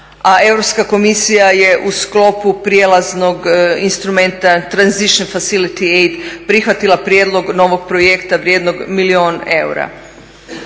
a Europska komisija je u sklopu prijelaznog instrumenta, transition facility aid, prihvatila prijedlog novog projekta vrijednog milijun eura.